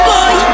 Boy